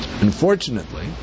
Unfortunately